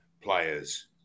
players